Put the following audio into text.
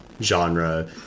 genre